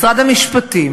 משרד המשפטים